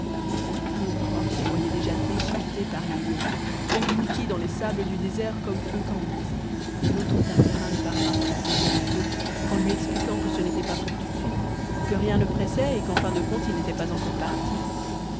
le pauvre homme se voyait déjà déchiqueté par les lions englouti dans les sables du désert comme feu cambyse et l'autre tartarin ne parvint à l'apaiser un peu qu'en lui expliquant que ce n'était pas pour tout de suite que rien ne pressait et qu'en fin de compte ils n'étaient pas encore partis